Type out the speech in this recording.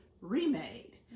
remade